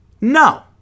No